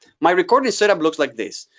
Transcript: my recording setup looks like this.